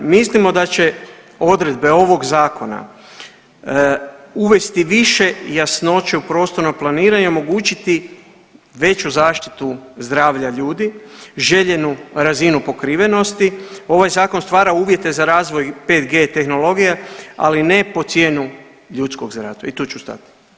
Mislimo da će odredbe ovog zakona uvesti više jasnoća u prostorno planiranje i omogućiti veću zaštitu zdravlja ljudi, željenu razinu pokrivenosti, ovaj zakon stvara uvjete za razvoj 5G tehnologija, ali ne po cijenu ljudskog zdravlja i tu ću stati.